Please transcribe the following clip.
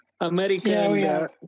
America